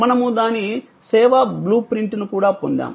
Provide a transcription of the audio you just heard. మనము దాని సేవా బ్లూప్రింట్ను కూడా పొందాము